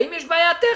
האם יש בעיה טכנית?